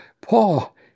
Paul